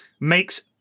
makes